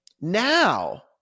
Now